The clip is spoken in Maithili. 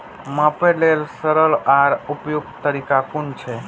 मापे लेल सरल आर उपयुक्त तरीका कुन छै?